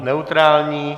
Neutrální.